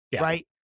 right